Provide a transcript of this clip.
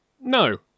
no